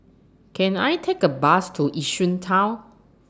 Can I Take A Bus to Yishun Town